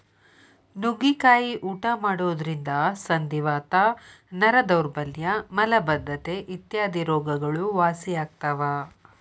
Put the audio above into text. ನುಗ್ಗಿಕಾಯಿ ಊಟ ಮಾಡೋದ್ರಿಂದ ಸಂಧಿವಾತ, ನರ ದೌರ್ಬಲ್ಯ ಮಲಬದ್ದತೆ ಇತ್ಯಾದಿ ರೋಗಗಳು ವಾಸಿಯಾಗ್ತಾವ